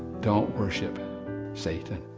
don't worship satan.